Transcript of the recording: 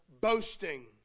boasting